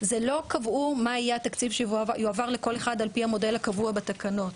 לא קבעו מה יהיה התקציב שיועבר לכל אחד על פי המודל הקבוע בתקנות.